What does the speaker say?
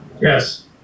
Yes